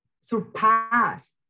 surpass